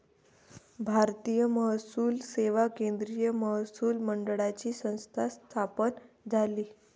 भारतीय महसूल सेवा केंद्रीय महसूल मंडळाची संस्था स्थापन झाली